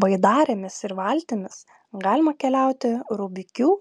baidarėmis ir valtimis galima keliauti rubikių